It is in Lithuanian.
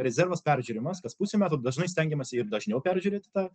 rezervas peržiūrimas kas pusę metų dažnai stengiamasi ir dažniau peržiūrėti tą